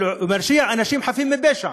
אבל הוא מרשיע אנשים חפים מפשע: